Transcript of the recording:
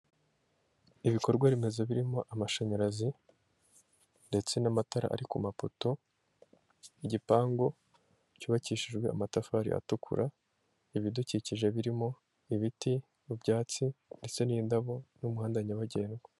Ibikorwa remezo birimo amashanyarazi ndetse n'amatara ari ku mapoto, igipangu cyubakishijwe amatafari atukura, ibidukikije birimo ibiti n'ibyatsi ndetse n'indabo n'umuhanda nyabagendwa.